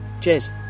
cheers